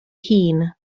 hŷn